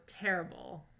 terrible